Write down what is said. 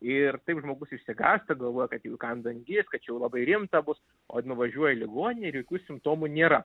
ir taip žmogus išsigąsta galvoja kad jau įkando angis kad čia jau labai rimta bus o nuvažiuoja į ligoninę ir jokių simptomų nėra